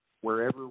wherever